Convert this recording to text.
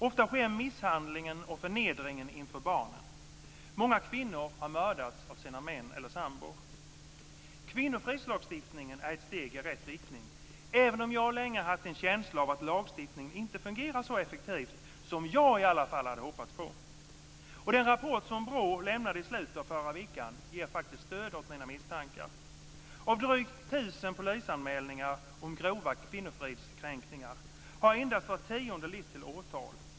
Ofta sker misshandeln och förnedringen inför barnen. Många kvinnor har mördats av sina män eller sambor. Kvinnofridslagstiftningen är ett steg i rätt riktning, även om jag länge har haft en känsla av att lagstiftningen inte fungerar så effektivt som i alla fall jag hade hoppats. Den rapport som BRÅ lämnade i slutet av förra veckan ger faktiskt stöd åt mina misstankar. Av drygt 1 000 polisanmälningar om grova kvinnofridskränkningar har endast var tionde lett till åtal.